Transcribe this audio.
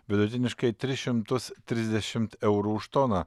vidutiniškai tris šimtus trisdešimt eurų už toną